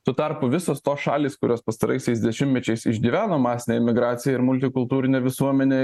tuo tarpu visos tos šalys kurios pastaraisiais dešimtmečiais išgyveno masinę imigraciją ir multikultūrinę visuomenę